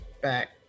back